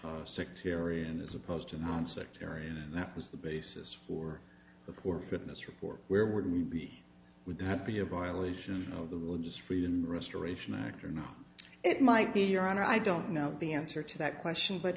its sectarian as opposed to nonsectarian that was the basis for the poor fitness report where would he be would that be a violation of the religious freedom restoration act or not it might be your honor i don't know the answer to that question but